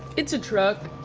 it's a truck,